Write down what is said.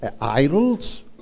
idols